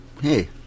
hey